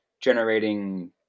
generating